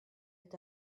est